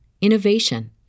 innovation